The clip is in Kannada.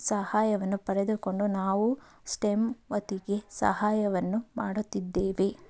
ಸಹಾಯವನ್ನು ಪಡೆದುಕೊಂಡು ನಾವು ಸ್ಟೆಮ್ ವತಿಗೆ ಸಹಾಯವನ್ನು ಮಾಡುತ್ತಿದ್ದೇವೆ